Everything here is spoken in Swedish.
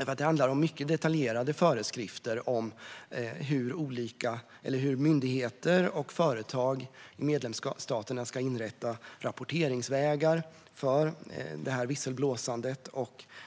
Det handlar nämligen om mycket detaljerade föreskrifter för hur myndigheter och företag i medlemsstaterna ska inrätta rapporteringsvägar för visselblåsandet,